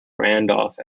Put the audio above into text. randolph